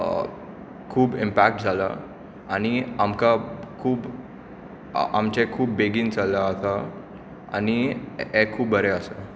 खूब इमपॅक्ट जालां आनी आमकां खूब आमचें खूब बेगीन जालां आतां आनी हें खूब बरें आसा